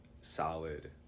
solid